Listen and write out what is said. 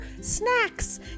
snacks